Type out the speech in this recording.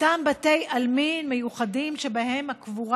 אותם בתי עלמין מיוחדים שבהם הקבורה